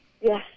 Yes